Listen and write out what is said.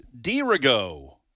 dirigo